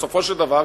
בסופו של דבר,